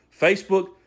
Facebook